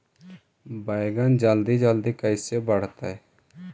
बैगन जल्दी जल्दी कैसे बढ़तै?